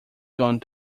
gone